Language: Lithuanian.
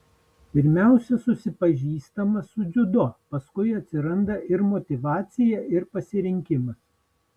pirmiausia susipažįstama su dziudo paskui atsiranda ir motyvacija ir pasirinkimas